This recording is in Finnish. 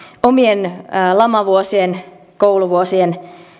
omien lamavuosien kouluvuosien